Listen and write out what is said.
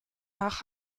nach